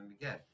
again